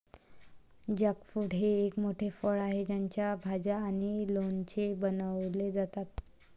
jackfruit हे एक मोठे फळ आहे ज्याच्या भाज्या आणि लोणचे बनवले जातात